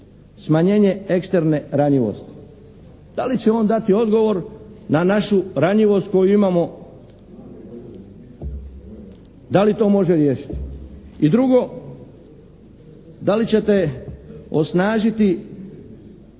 smanjenje eksterne ranjivosti. Da li će on dati odgovor da našu ranjivost koju imamo, da li to može riješiti? I drugo, da li ćete osnažiti